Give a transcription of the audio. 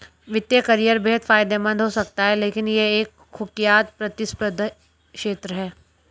वित्तीय करियर बेहद फायदेमंद हो सकता है लेकिन यह एक कुख्यात प्रतिस्पर्धी क्षेत्र है